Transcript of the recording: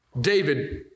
David